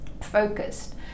focused